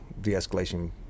de-escalation